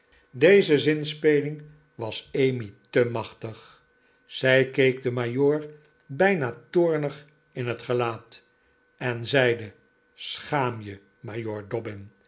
deze zinspeling was emmy te machtig zij keek den majoor bijna toornig in het gelaat en zeide schaam je